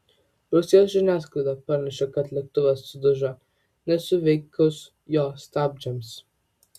rusijos žiniasklaida pranešė kad lėktuvas sudužo nesuveikus jo stabdžiams